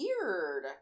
weird